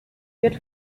wird